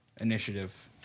Initiative